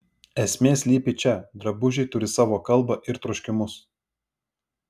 esmė slypi čia drabužiai turi savo kalbą ir troškimus